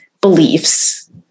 beliefs